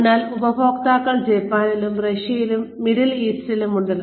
അതിനാൽ ഉപഭോക്താക്കൾ ജപ്പാനിലും റഷ്യയിലും മിഡിൽ ഈസ്റ്റിലും ഉണ്ട്